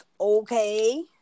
Okay